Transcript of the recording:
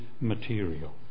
material